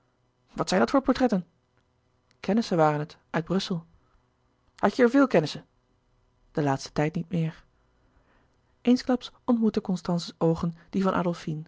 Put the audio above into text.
wat zijn dat voor portretten kennissen waren het uit brussel hadt je er veel kennissen den laatsten tijd niet meer eensklaps ontmoetten constance's oogen die van